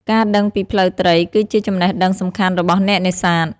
ការដឹងពីផ្លូវត្រីគឺជាចំណេះដឹងសំខាន់របស់អ្នកនេសាទ។